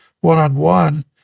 one-on-one